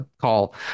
call